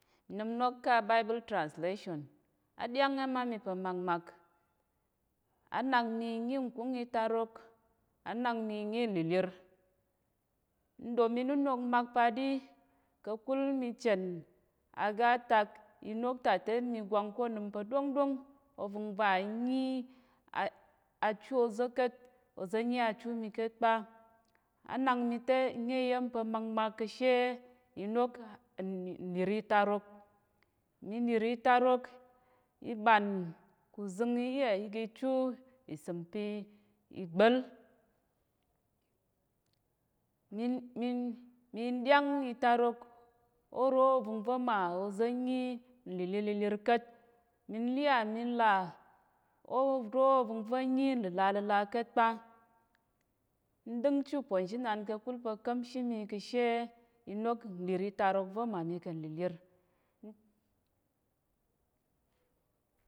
Nnəm nok ká̱ abible translation, á ɗyáng ya̱m á mi pa̱ makmak, á nak mi n nyi nkúng itarok, á nak mi n nyi nlilir, n ɗom inənok mak pa̱ ɗi, ka̱kul mi chen aga tak inok ta te mi gwang ko onəm pa̱ ɗwóngɗwóng ovəng va n nyi a achu oza̱ ka̱t, oza̱ nyi achu mi ka̱t kpa, á nak mi te n nyi iya̱m pa̱ makmak ka̱ she inok n nlir itarok. Mi lir itarok i ɓan ku uzəng i iya i gi i chu ìsəm pi, ìgba̱l. Min min min ɗyáng itarok ôro ovəng va̱ mà oza̱ nyi nlilir lilir ka̱t. Mi iya mi là ôva̱ ovəng va̱ nyi nləlaləla ka̱t kpa. N ɗəngchi ûponzhi nan ka̱kul pa̱ ka̱mshi mi ka̱ she inok nlir itarok va̱ mma mi kà̱ nlilir